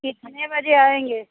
कितने बजे आएँगे